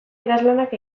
idazlanak